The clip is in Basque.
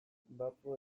bapo